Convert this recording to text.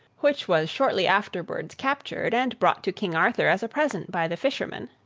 which was shortly afterwards captured and brought to king arthur, as a present, by the fisherman.